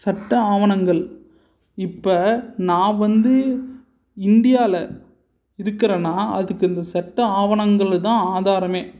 சட்ட ஆவணங்கள் இப்போ நான் வந்து இந்தியாவில் இருக்கறேனா அதுக்கு அந்த சட்ட ஆவணங்கள்தான் ஆதாரமே